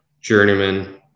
journeyman